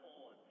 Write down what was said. on